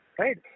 right